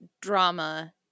drama